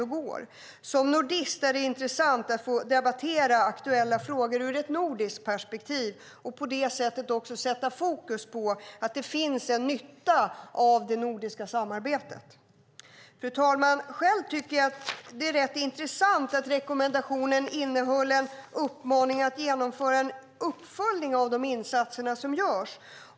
För mig som nordist är det intressant att debattera aktuella frågor ur ett nordiskt perspektiv och att också få sätta fokus på nyttan av det nordiska samarbetet. Fru talman! Det är intressant att rekommendationen innehöll en uppmaning att genomföra en uppföljning av de insatser som görs.